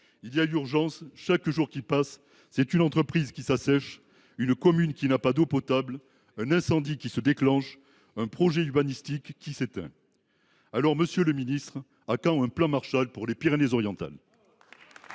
Il y a urgence, car, chaque jour qui passe, c’est une entreprise qui s’assèche, une commune qui n’a pas d’eau potable, un incendie qui se déclenche, un projet urbanistique qui s’éteint. À quand un plan Marshall pour les Pyrénées Orientales ?